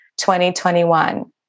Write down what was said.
2021